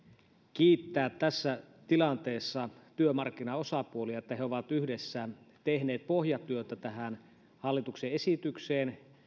kiittää tässä tilanteessa työmarkkinaosapuolia että he ovat yhdessä tehneet pohjatyötä tähän hallituksen esitykseen